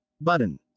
button